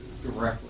directly